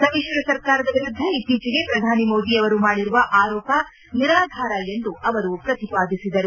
ಸಮಿಶ್ರ ಸರ್ಕಾರದ ವಿರುದ್ಧ ಇತ್ತೀಚೆಗೆ ಪ್ರಧಾನಿ ಮೋದಿಯವರು ಮಾಡಿರುವ ಆರೋಪ ನಿರಾಧಾರ ಎಂದು ಅವರು ಪ್ರತಿಪಾದಿಸದರು